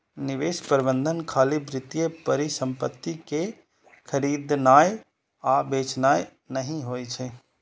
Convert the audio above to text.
निवेश प्रबंधन खाली वित्तीय परिसंपत्ति कें खरीदनाय आ बेचनाय नहि होइ छै